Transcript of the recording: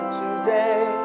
today